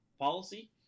policy